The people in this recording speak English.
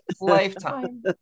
lifetime